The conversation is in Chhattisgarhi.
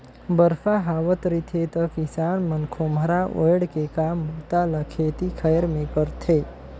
बरसा हावत रिथे त किसान मन खोम्हरा ओएढ़ के काम बूता ल खेती खाएर मे करथे